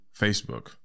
Facebook